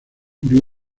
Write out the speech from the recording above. murió